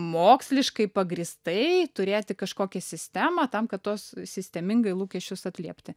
moksliškai pagrįstai turėti kažkokią sistemą tam kad tuos sistemingai lūkesčius atliepti